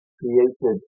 created